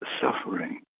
suffering